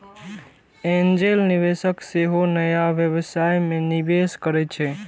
angel निवेशक सेहो नया व्यवसाय मे निवेश करै छै